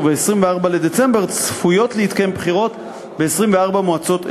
וב-24 בדצמבר צפויות להתקיים בחירות ב-24 מועצות אזוריות.